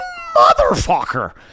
motherfucker